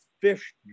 fish